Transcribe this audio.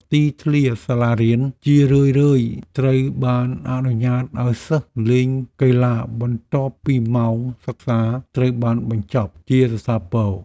ទីធ្លាសាលារៀនជារឿយៗត្រូវបានអនុញ្ញាតឱ្យសិស្សលេងកីឡាបន្ទាប់ពីម៉ោងសិក្សាត្រូវបានបញ្ចប់ជាស្ថាពរ។